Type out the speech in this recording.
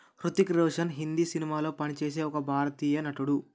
హృతిక్ రోషన్ హిందీ సినిమాలో పని చేసే ఒక భారతీయ నటుడు